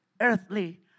earthly